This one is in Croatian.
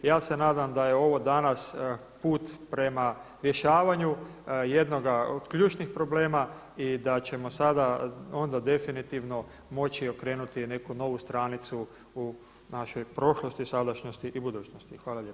Ja se nadam da je ovo danas put prema rješavanju jednoga od ključnih problema i da ćemo sada onda definitivno moći okrenuti neku novu stranicu u našoj prošlosti, sadašnjosti i budućnosti.